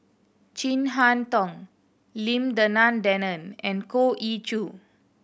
Chin Harn Tong Lim Denan Denon and Goh Ee Choo